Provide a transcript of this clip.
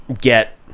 get